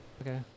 Okay